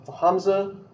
Hamza